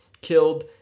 killed